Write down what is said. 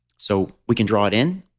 so we can draw it in.